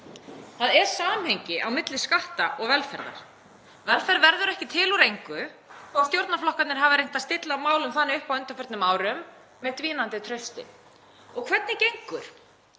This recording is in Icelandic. Það er samhengi á milli skatta og velferðar. Velferð verður ekki til úr engu þó að stjórnarflokkarnir hafa reynt að stilla málum þannig upp á undanförnum árum með dvínandi trausti. Og hvernig gengur?